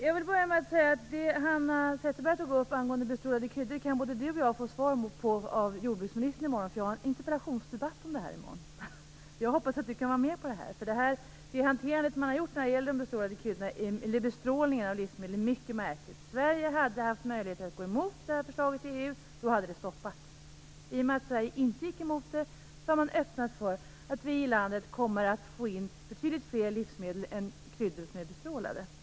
Jag vill börja med att säga att det som Hanna Zetterberg tog upp angående bestrålade kryddor kan både hon och jag få svar på av jordbruksministern i morgon, eftersom jag då skall ha en interpellationsdebatt med henne. Jag hoppas att Hanna Zetterberg då kan delta. Regeringens hanterande i fråga om bestrålningen av livsmedel är mycket märkligt. Sverige hade haft möjligheter att gå emot detta förslag i EU, och då hade det stoppats. I och med att Sverige inte gick emot det har man öppnat för att vi i landet kommer att få in betydligt fler livsmedel än kryddor som är bestrålade.